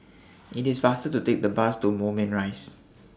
IT IS faster to Take The Bus to Moulmein Rise